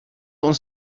uns